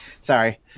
Sorry